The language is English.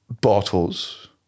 bottles